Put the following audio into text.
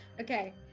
Okay